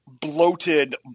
Bloated